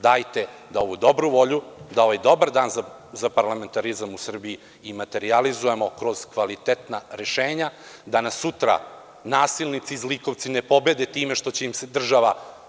Dajte da ovu dobru volju, da ovaj dobar dan za parlamentarizam u Srbiji i materijalizujemo kroz kvalitetna rešenja i da nas sutra nasilnici i zlikovci ne pobede time što će im se država…